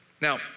Now